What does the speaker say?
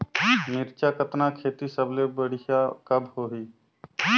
मिरचा कतना खेती सबले बढ़िया कब होही?